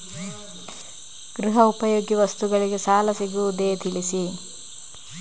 ಗೃಹ ಉಪಯೋಗಿ ವಸ್ತುಗಳಿಗೆ ಸಾಲ ಸಿಗುವುದೇ ತಿಳಿಸಿ?